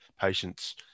patient's